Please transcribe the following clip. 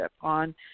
on